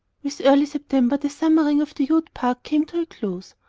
with early september the summering of the ute park came to a close.